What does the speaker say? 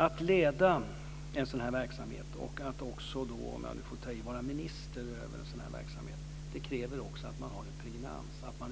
Att leda en sådan här verksamhet och - om jag nu får ta i - att vara minister över en sådan här verksamhet kräver bl.a. att man har en pregnans, dvs. att man